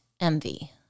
envy